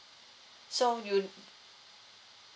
so you